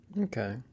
Okay